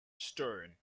stern